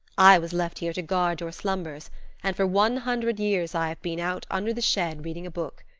i was left here to guard your slumbers and for one hundred years i have been out under the shed reading a book.